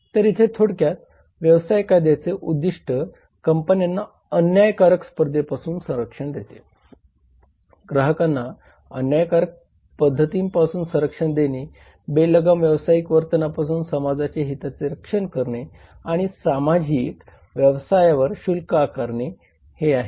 तर इथे थोडक्यात 0434 व्यवसाय कायद्याचे उद्दिष्ट कंपन्यांना अन्यायकारक स्पर्धेपासून संरक्षण देणे ग्राहकांना अन्यायकारक पद्धतींपासून संरक्षण देणे बेलगाम व्यावसायिक वर्तनापासून समाजाच्या हिताचे रक्षण करणे आणि सामाजिक व्यवसायावर शुल्क आकारणे हे आहे